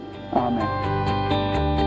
amen